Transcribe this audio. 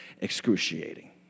excruciating